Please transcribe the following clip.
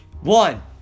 One